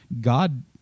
God